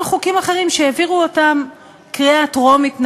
חוקים אחרים שהעבירו אותם בקריאה טרומית,